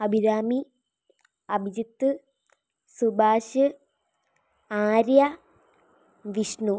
Abhirami Abhijith Subhash Arya Vishnu